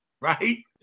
right